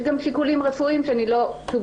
יש גם שיקולים רפואיים שאני לא שוב,